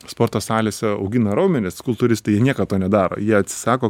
sporto salėse augina raumenis kultūristai jie niekad to nedaro jie atsisako